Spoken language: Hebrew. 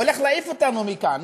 הולך להעיף אותנו מכאן.